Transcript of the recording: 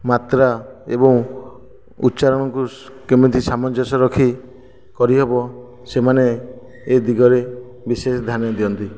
ମାତ୍ରା ଏବଂ ଉଚ୍ଚାରଣ କୁ କେମିତି ସାମଞ୍ଜସ୍ୟ ରଖି କରିହେବ ସେମାନେ ଏ ଦିଗରେ ଵିଶେଷ ଧ୍ୟାନ ଦିଅନ୍ତି